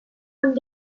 und